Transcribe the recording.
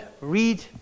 read